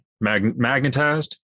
magnetized